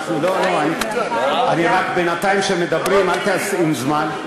לא, רק בינתיים כשהם מדברים, אל תשים זמן.